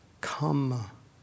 Come